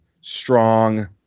strong